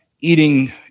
eating